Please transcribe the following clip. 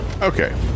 okay